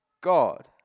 God